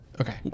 Okay